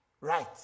right